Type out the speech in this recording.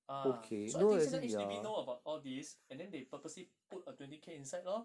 ah so I think 现在 H_D_B know about all these and then they purposely put a twenty K inside lor